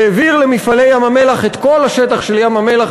שהעביר ל"מפעלי ים-המלח" את כל השטח של ים-המלח